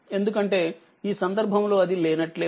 ఎందుకంటే ఈ సందర్భంలో అది లేనట్లే ఉంటుంది